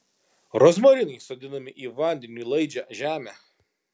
rozmarinai sodinami į vandeniui laidžią žemę